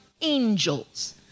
angels